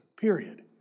Period